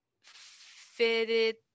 fitted